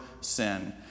sin